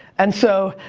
and so,